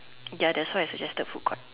ya that's why I suggested food court